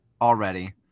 already